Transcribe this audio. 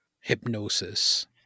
hypnosis